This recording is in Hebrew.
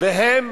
והם